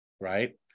right